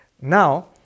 Now